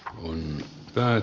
ahon tai